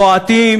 בועטים